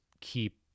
keep